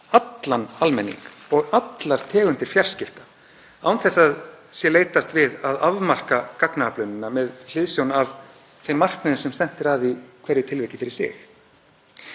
allan almenning og allar tegundir fjarskipta án þess að leitast sé við að afmarka gagnaöflunina með hliðsjón af þeim markmiðum sem stefnt er að í hverju tilviki fyrir sig.